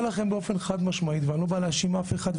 אני אומר לכם באופן חד-משמעי ואני לא בא להאשים אף אחד,